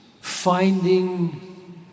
finding